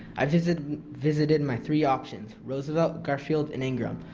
i visited visited my three options roosevelt garfield and ingram.